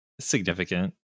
significant